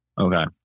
Okay